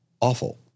awful